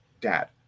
dad